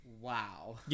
Wow